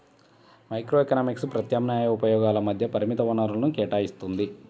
microeconomics ప్రత్యామ్నాయ ఉపయోగాల మధ్య పరిమిత వనరులను కేటాయిత్తుంది